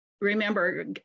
remember